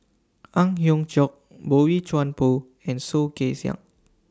Ang Hiong Chiok Boey Chuan Poh and Soh Kay Siang